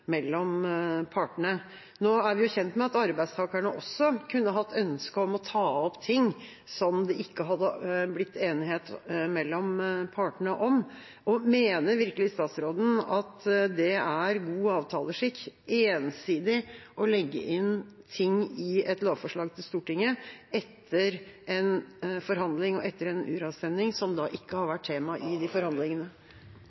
partene. Nå er vi kjent med at arbeidstakerne også kunne hatt ønske om å ta opp ting som det ikke har blitt enighet om mellom partene. Mener virkelig statsråden at det er god avtaleskikk ensidig å legge inn ting i et lovforslag til Stortinget – etter en forhandling og etter en uravstemning – som ikke har